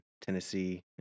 tennessee